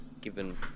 given